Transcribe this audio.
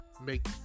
make